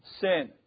sin